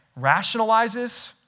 rationalizes